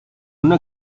una